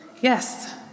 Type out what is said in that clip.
Yes